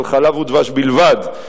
אבל חלב ודבש בלבד,